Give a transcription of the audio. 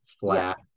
flat